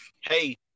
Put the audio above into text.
Hey